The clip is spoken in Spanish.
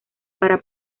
para